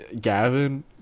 Gavin